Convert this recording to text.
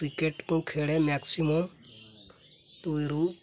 କ୍ରିକେଟ୍କୁ ଖେଳେ ମ୍ୟାକ୍ସିମମ୍ ଦୁଇରୁ